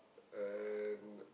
and